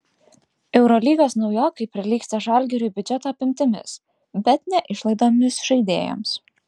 eurolygos naujokai prilygsta žalgiriui biudžeto apimtimis bet ne išlaidomis žaidėjams